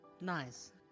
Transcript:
nice